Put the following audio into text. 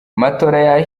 matola